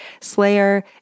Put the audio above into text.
Slayer